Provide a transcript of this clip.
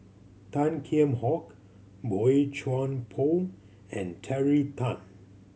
Tan Kheam Hock Boey Chuan Poh and Terry Tan